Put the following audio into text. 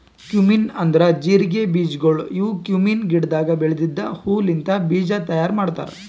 cumin ಅಂದುರ್ ಜೀರಿಗೆ ಬೀಜಗೊಳ್ ಇವು ಕ್ಯುಮೀನ್ ಗಿಡದಾಗ್ ಬೆಳೆದಿದ್ದ ಹೂ ಲಿಂತ್ ಬೀಜ ತೈಯಾರ್ ಮಾಡ್ತಾರ್